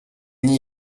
n’y